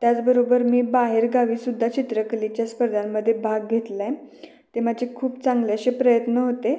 त्याचबरोबर मी बाहेरगावीसुद्धा चित्रकलेच्या स्पर्धांमध्ये भाग घेतला आहे ते माझे खूप चांगले असे प्रयत्न होते